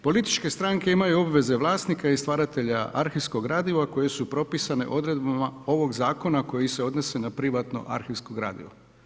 Političke stranke imaju obveze vlasnika i stvaratelja arhivskog gradiva koje su propisane odredbama ovog zakona koji se odnose na privatno arhivsko gradivo.